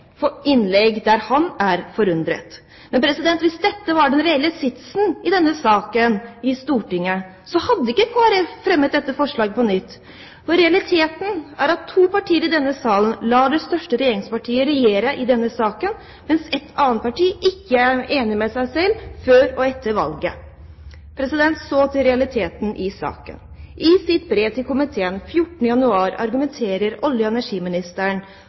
innlegg, der han er forundret. Hvis dette var den reelle sitsen i denne saken i Stortinget, hadde ikke Kristelig Folkeparti fremmet dette forslaget på nytt. Realiteten er at to partier i denne sal lar det største regjeringspartiet regjere i denne saken, mens ett annet parti ikke er enig med seg selv – verken før eller etter valget. Så til realitetene i saken. I sitt brev av 14. januar til komiteen argumenterer olje- og energiministeren